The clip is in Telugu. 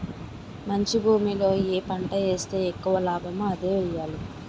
మంచి భూమిలో ఏ పంట ఏస్తే ఎక్కువ లాభమో అదే ఎయ్యాలి